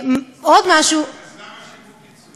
עוד משהו, אז למה שילמו פיצויים?